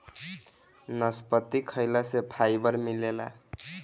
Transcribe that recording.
नसपति खाइला से फाइबर मिलेला